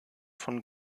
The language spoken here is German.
von